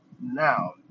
Now